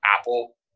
Apple